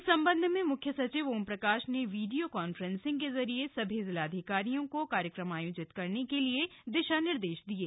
इस सम्बन्ध में मुख्य सचिव ओम प्रकाश ने वीडियो कॉन्फ्रेंसिंग के जरिये सभी जिलाधिकारियों को कार्यक्रम आयोजित करने के लिए दिशा निर्देश दिये